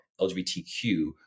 LGBTQ